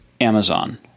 Amazon